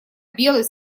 белый